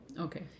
Okay